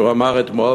שאמר אתמול,